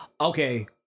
Okay